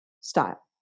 style